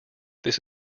this